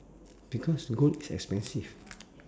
because gold is expensive